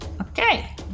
Okay